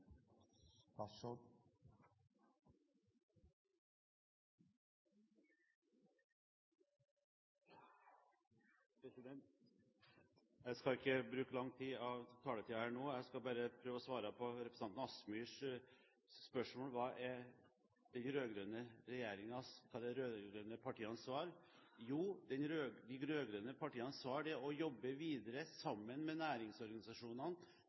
ærlighet. Jeg skal ikke bruke lang tid av taletiden her nå, jeg skal bare prøve å svare på representanten Kielland Asmyhrs spørsmål: Hva er de rød-grønne partienes svar? Jo, de rød-grønne partienes svar er å jobbe videre sammen med næringsorganisasjonene.